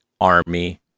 Army